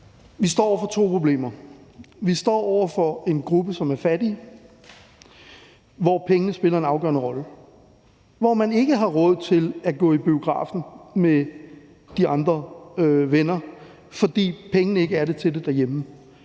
Vi står over for to problemer. Vi står over for en gruppe, som er fattig, og for hvem pengene spiller en afgørende rolle, og hvor man ikke har råd til at gå i biografen med de andre, fordi pengene ikke er til det derhjemme,